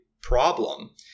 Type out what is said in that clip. problem